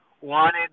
wanted